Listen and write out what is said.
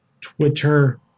Twitter